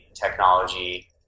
technology